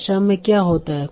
भाषा में क्या होता है